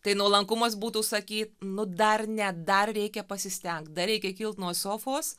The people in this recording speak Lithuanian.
tai nuolankumas būtų sakyt nu dar ne dar reikia pasistengt dar reikia kilt nuo sofos